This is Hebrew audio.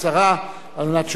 כדי שנוכל כמובן